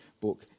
book